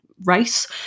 race